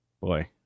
Boy